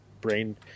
brain